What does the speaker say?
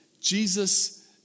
Jesus